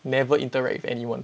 never interact with anyone